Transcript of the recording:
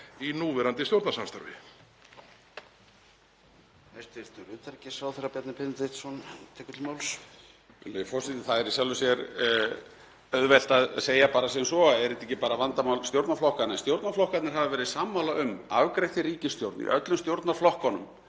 svo: Er þetta ekki bara vandamál stjórnarflokkanna?